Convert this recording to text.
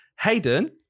Hayden